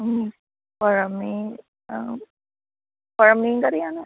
പുഴ മീൻ ആ പുഴ മീൻ കറി ആണ്